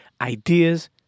ideas